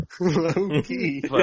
Low-key